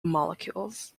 molecules